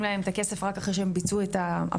להם את הכסף רק אחרי שהם ביצעו את העבודה,